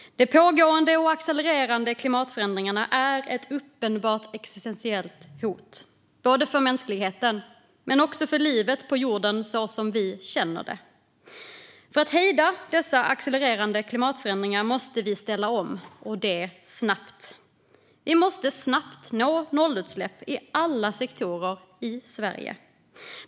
De pågående och accelererande klimatförändringarna är ett uppenbart existentiellt hot, både för mänskligheten och för livet på jorden såsom vi känner det. För att hejda dessa accelererande klimatförändringar måste vi ställa om och det snabbt. Vi måste snabbt nå nollutsläpp i alla sektorer i Sverige.